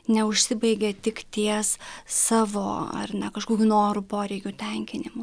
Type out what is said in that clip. neužsibaigia tik ties savo ar ne kažkokių norų poreikių tenkinimu